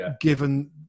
given